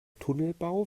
tunnelbau